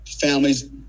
families